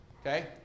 Okay